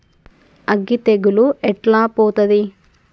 అగ్గి తెగులు ఎట్లా పోతది?